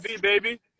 baby